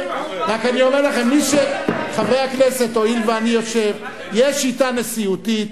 וספרדים, חברי הכנסת, יש שיטה נשיאותית,